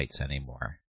anymore